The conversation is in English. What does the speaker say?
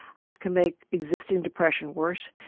grief can make existing depression worse.